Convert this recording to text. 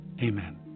Amen